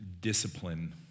discipline